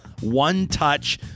one-touch